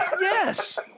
Yes